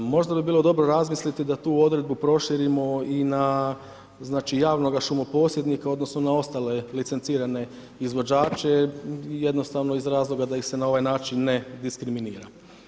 Možda bi bilo dobro razmisliti da tu odredbu proširimo i na javnoga šumoposjednika odnosno na ostale licencirane izvođače jednostavno iz razloga da ih se na ovaj način ne diskriminira.